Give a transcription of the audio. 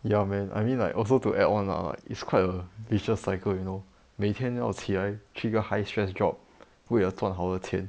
ya man I mean like also to add on lah it's quite a vicious cycle you know 每天要起来去一个 high stress job 为了赚好的钱